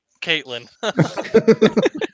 Caitlin